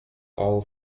all